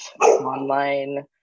online